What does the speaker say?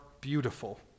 beautiful